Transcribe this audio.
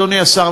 אדוני השר,